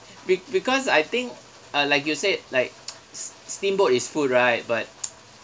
be~ because I think uh like you said like s~ steamboat is food right but